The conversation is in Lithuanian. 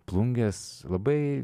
plungės labai